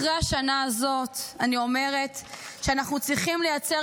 אחרי השנה הזאת אני אומרת שאנחנו צריכים לייצר